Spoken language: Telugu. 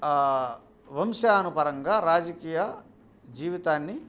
వంశానుపరంగా రాజకీయ జీవితాన్ని